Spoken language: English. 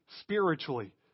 spiritually